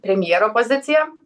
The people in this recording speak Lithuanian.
premjero poziciją